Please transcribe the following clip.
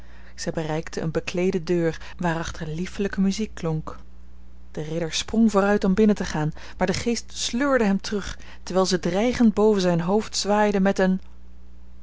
zij bereikten een bekleede deur waarachter liefelijke muziek klonk de ridder sprong vooruit om binnen te gaan maar de geest sleurde hem terug terwijl ze dreigend boven zijn hoofd zwaaide met een snuifdoos